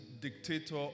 dictator